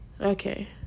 Okay